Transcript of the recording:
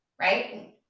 right